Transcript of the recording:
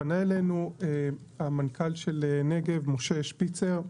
פנה אלינו המנכ"ל של נגב, משה שפיצר,